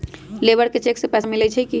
Labour के cheque से पैसा मिलई छई कि?